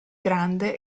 grande